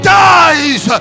dies